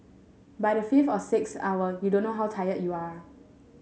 by the fifth or sixth hour you don't know how tired you are